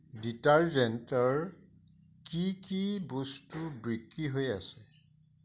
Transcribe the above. ডিটাৰজেন্টৰ কি কি বস্তু বিক্ৰী হৈ আছে